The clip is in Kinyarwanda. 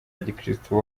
gikristo